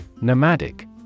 Nomadic